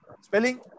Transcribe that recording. Spelling